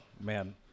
man